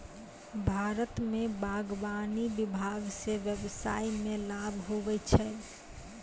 भारत मे बागवानी विभाग से व्यबसाय मे लाभ हुवै छै